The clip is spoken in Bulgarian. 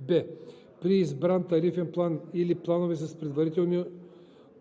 б) при избран тарифен план или планове с